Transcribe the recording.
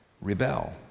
rebel